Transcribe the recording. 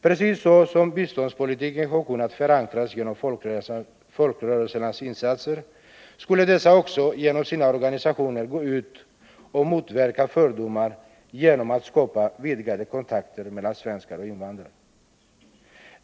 Precis så som biståndspolitiken har kunnat förankras genom folkrörelsernas insatser, skulle dessa också genom sina organisationer gå ut och motverka fördomar genom att skapa vidgade kontakter mellan svenskar och invandrare.